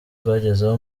rwagezeho